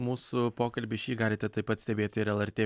mūsų pokalbis jį galite taip pat stebėti ir lrt